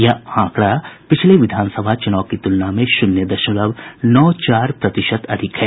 यह आंकड़ा पिछले विधानसभा चुनाव की तुलना में शून्य दशमलव नौ चार प्रतिशत अधिक है